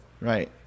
Right